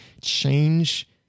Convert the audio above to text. change